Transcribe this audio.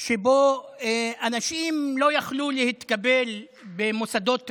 ואנשים לא יכלו להתקבל במוסדות רשמיים,